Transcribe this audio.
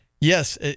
yes